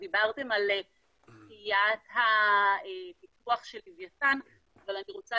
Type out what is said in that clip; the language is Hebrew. דברתם על דחיית הפיתוח של לווייתן אבל אני רוצה